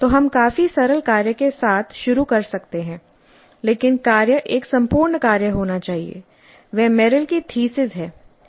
तो हम काफी सरल कार्य के साथ शुरू कर सकते हैं लेकिन कार्य एक संपूर्ण कार्य होना चाहिए वह मेरिल की थीसिस Merrill's thesisहै